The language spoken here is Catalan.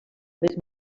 més